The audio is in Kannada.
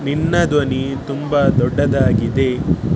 ನಿನ್ನ ಧ್ವನಿ ತುಂಬ ದೊಡ್ಡದಾಗಿದೆ